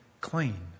clean